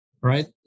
right